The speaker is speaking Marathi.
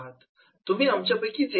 तुम्ही आमच्या पैकीच एक आहात